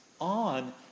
on